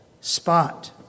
spot